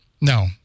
No